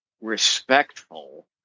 respectful